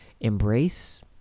embrace